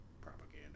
Propaganda